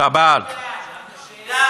אני בעד, רק השאלה